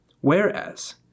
Whereas